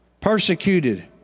Persecuted